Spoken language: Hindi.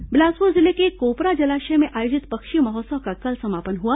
पक्षी महोत्सव बिलासपुर जिले के कोपरा जलाशय में आयोजित पक्षी महोत्सव का कल समापन हुआ